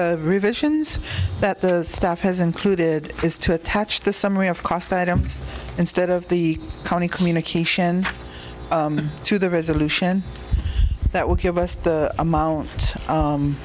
chair revisions that the staff has included is to attach the summary of cost items instead of the county communication to the resolution that will give us the amount